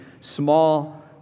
small